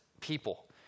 people